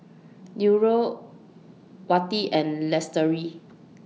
Nurul Wati and Lestari